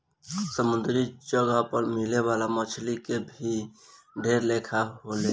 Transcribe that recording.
समुंद्री जगह पर मिले वाला मछली के भी ढेर लेखा के होले